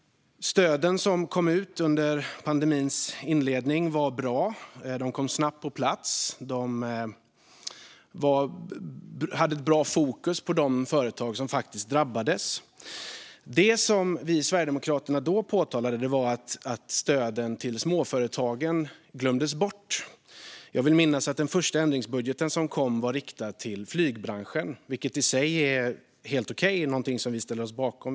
Stöden som kom ut i pandemins inledning var bra. De kom snabbt på plats och hade ett bra fokus på de företag som drabbades. Det som vi i Sverigedemokraterna då påtalade var att stöden till småföretagen glömdes bort. Jag vill minnas att den första ändringsbudgeten som kom riktades till flygbranschen, vilket i sig är helt okej och någonting som vi ställer oss bakom.